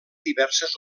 diverses